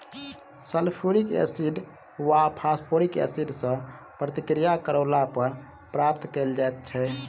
sulphuric acid वा phosphoric acid सॅ प्रतिक्रिया करौला पर प्राप्त कयल जाइत छै